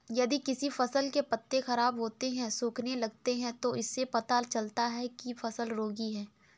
यदि किसी फसल के पत्ते खराब होते हैं, सूखने लगते हैं तो इससे पता चलता है कि फसल रोगी है